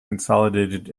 consolidated